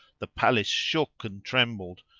the palace shook and trembled,